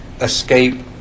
escape